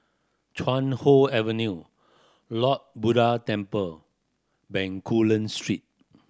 Chuan Hoe Avenue Lord Buddha Temple Bencoolen Street